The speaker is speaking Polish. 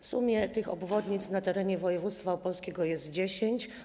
W sumie tych obwodnic na terenie województwa opolskiego jest dziesięć.